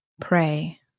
pray